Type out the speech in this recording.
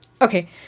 okay